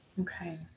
Okay